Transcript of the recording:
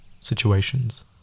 situations